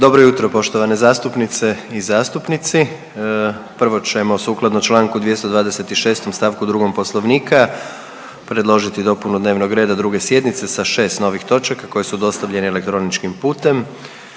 se ne razumije./… zastupnice i zastupnici. Prvo ćemo sukladno čl. 226. st. 2. poslovnika predložiti dopunu dnevnog reda 2. sjednice sa šest novih točaka koje su dostavljene elektroničkim putem.